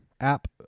app